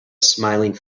smiling